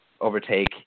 overtake